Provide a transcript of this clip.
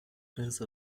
prince